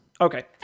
okay